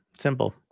Simple